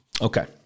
Okay